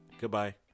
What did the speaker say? Goodbye